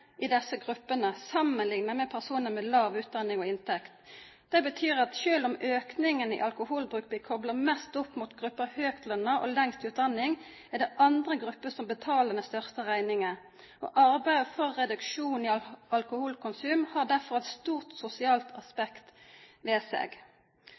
i disse gruppene sammenliknet med personer med lav utdanning og lav inntekt. Det betyr at selv om økningen i alkoholbruk blir koblet mest opp mot gruppen høytlønnede og de med lengst utdanning, er det andre grupper som betaler den største regningen. Å arbeide for en reduksjon i alkoholkonsum har derfor et stort sosialt